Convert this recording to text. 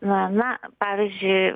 na na pavyzdžiui